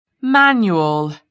manual